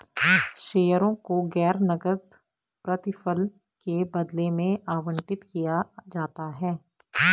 शेयरों को गैर नकद प्रतिफल के बदले में आवंटित किया जाता है